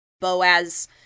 Boaz